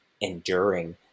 enduring